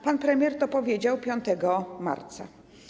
Pan premier to powiedział 5 marca.